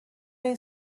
این